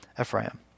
Ephraim